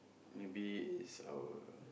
maybe is our